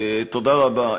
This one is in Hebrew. תודה רבה.